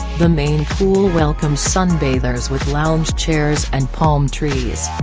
the main pool welcomes sunbathers with lounge chairs and palm trees.